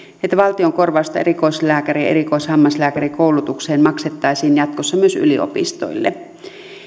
että valtion korvausta erikoislääkäri ja erikoishammaslääkärikoulutukseen maksettaisiin jatkossa myös yliopistoille